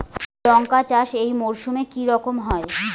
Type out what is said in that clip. লঙ্কা চাষ এই মরসুমে কি রকম হয়?